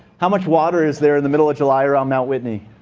how much water is there in the middle of july around mt. whitney?